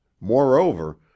moreover